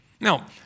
Now